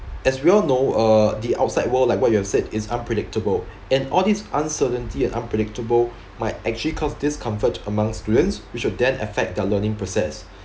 as we all know uh the outside world like what you have said is unpredictable and all these uncertainty and unpredictable might actually cause discomfort among students which will then affect their learning process